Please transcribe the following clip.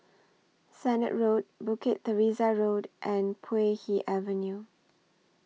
Sennett Road Bukit Teresa Road and Puay Hee Avenue